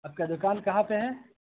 آپ کا دکان کہاں پہ ہے